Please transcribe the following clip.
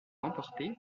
remportée